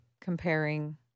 comparing